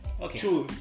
Okay